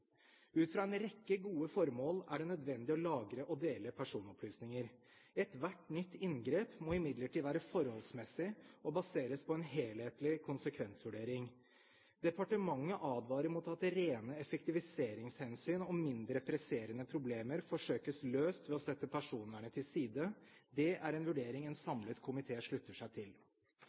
Ut fra en rekke gode formål er det nødvendig å lagre og dele personopplysninger. Ethvert nytt inngrep må imidlertid være forholdsmessig og basert på en helhetlig konsekvensvurdering. Departementet advarer mot at rene effektiviseringshensyn og mindre presserende problemer forsøkes løst ved å sette personvernet til side. Det er en vurdering en samlet komité slutter seg til.